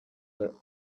were